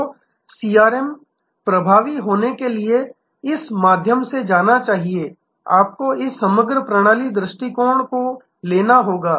तो सीआरएम प्रभावी होने के लिए इस माध्यम से जाना चाहिए आपको इस समग्र प्रणाली दृष्टिकोण को लेना होगा